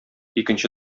икенче